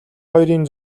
хоёрын